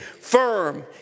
firm